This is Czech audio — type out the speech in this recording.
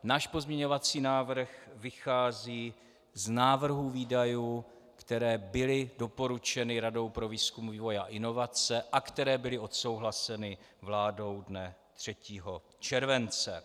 Náš pozměňovací návrh vychází z návrhů výdajů, které byly doporučeny Radou pro výzkum, vývoj a inovace a které byly odsouhlaseny vládou dne 3. července.